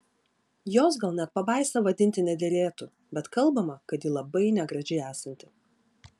jos gal net pabaisa vadinti nederėtų bet kalbama kad ji labai negraži esanti